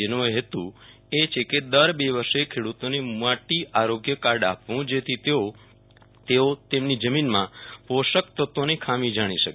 જેનો હેતુ એ છે કે દર બે વર્ષે ખેડ઼તોને માટી આરોગ્ય કાર્ડ આપવું જેથી તેઓ તેમની જમીનમાં પોષક તત્વોની ખામી જાણી શકે